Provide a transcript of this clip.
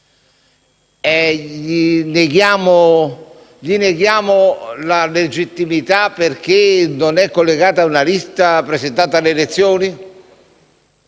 neghiamo la legittimità perché non è collegato a una lista presentata alle elezioni?